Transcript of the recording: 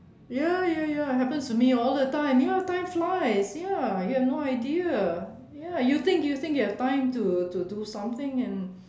ya ya ya happens to me all the time ya time flies ya you have no idea ya you think you think you have time to to do something and